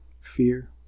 fear